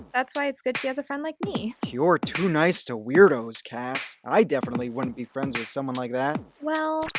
that's why it's good she has a friend like me. you're too nice to weirdos, cass. i definitely wouldn't be friends with someone like that. well.